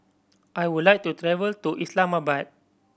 I would like to travel to Islamabad